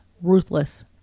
Ruthless